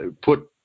put